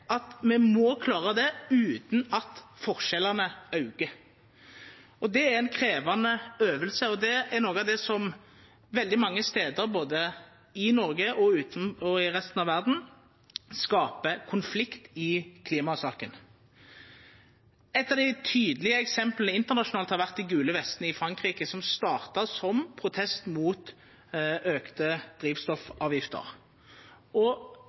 at me må klara det utan at forskjellane aukar. Det er ei krevjande øving, og det er noko av det som veldig mange stader, både i Noreg og i resten av verda, skaper konflikt i klimasaka. Eit av dei tydelege eksempla internasjonalt er dei gule vestane i Frankrike, som starta som ein protest mot auka drivstoffavgifter.